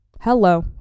Hello